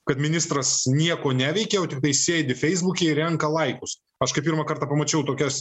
kad ministras nieko neveikia o tiktai sėdi feisbuke ir renka laikus aš kai pirmą kartą pamačiau tokias